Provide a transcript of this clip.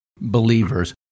believers